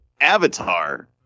Avatar